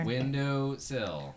Windowsill